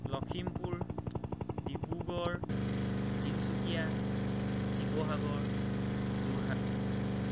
Lakhimpur Dibrugarh Tinsukia Sivasagar Jorhat